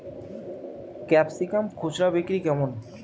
Capsicum খুচরা বিক্রি কেমন?